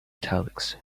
italics